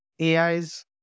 AI's